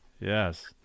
Yes